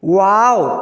wow